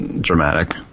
dramatic